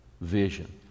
vision